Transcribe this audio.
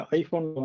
iPhone